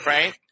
Right